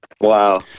wow